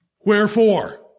Wherefore